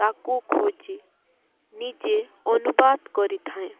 ତାକୁ ଖୋଜେ ନିଜେ ଅନୁବାଦ କରିଥାଏ